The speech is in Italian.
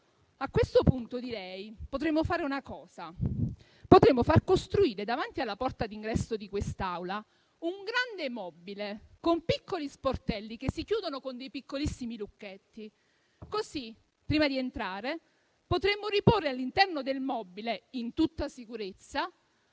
A questo punto, direi che potremmo fare una cosa. Potremmo far costruire davanti alla porta di ingresso di quest'Aula un grande mobile con piccoli sportelli, che si chiudono con dei piccolissimi lucchetti. Così, prima di entrare, potremmo riporre all'interno del mobile, in tutta sicurezza,